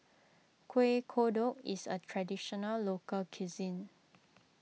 Kueh Kodok is a Traditional Local Cuisine